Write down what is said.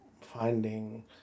finding